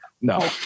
no